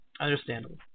Understandable